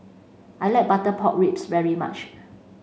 I like butter pork ribs very much